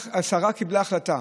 השרה קיבלה החלטה,